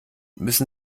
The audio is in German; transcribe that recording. müssen